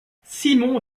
simon